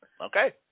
Okay